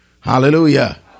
Hallelujah